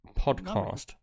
podcast